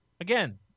again